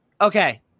Okay